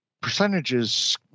percentages